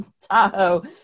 Tahoe